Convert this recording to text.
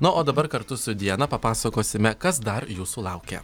na o dabar kartu su diana papasakosime kas dar jūsų laukia